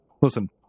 Listen